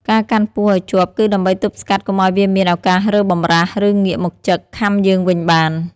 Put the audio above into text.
ការកាន់ពស់ឱ្យជាប់ គឺដើម្បីទប់ស្កាត់កុំឱ្យវាមានឱកាសរើបម្រះ ឬងាកមកចឹក ខាំយើងវិញបាន។